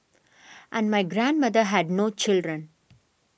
and my grandmother had no children